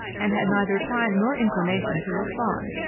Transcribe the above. and had neither time nor inclination to respond,